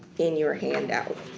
in your handout.